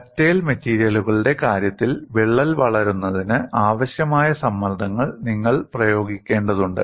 ductile മെറ്റീരിയലുകളുടെ കാര്യത്തിൽ വിള്ളൽ വളരുന്നതിന് ആവശ്യമായ സമ്മർദ്ദങ്ങൾ നിങ്ങൾ പ്രയോഗിക്കേണ്ടതുണ്ട്